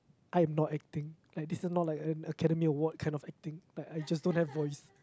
I'm not acting like this is not like an academy award kind of acting like I just don't have voice